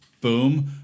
Boom